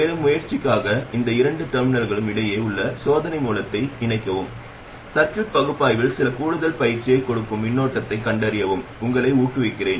மேலும் பயிற்சிக்காக இந்த இரண்டு டெர்மினல்களுக்கு இடையே உள்ள சோதனை மூலத்தை உண்மையில் இணைக்கவும் சர்கியூட் பகுப்பாய்வில் சில கூடுதல் பயிற்சியைக் கொடுக்கும் மின்னோட்டத்தைக் கண்டறியவும் உங்களை ஊக்குவிக்கிறேன்